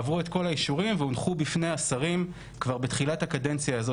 עברו את כל האישורים שנדרשו להן והונחו בפני השרים כבר בקדנציה הזאת,